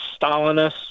Stalinist